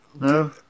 No